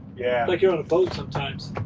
yeah. like you're on a boat sometimes.